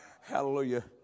Hallelujah